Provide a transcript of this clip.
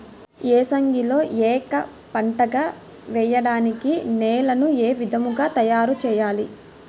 ఏసంగిలో ఏక పంటగ వెయడానికి నేలను ఏ విధముగా తయారుచేయాలి?